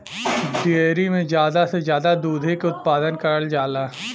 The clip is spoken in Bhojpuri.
डेयरी में जादा से जादा दुधे के उत्पादन करल जाला